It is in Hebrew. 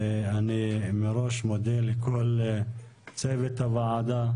אני מראש מודה לכל צוות הוועדה